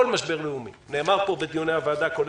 משבר לאומי: נאמר בדיוני הוועדה נכון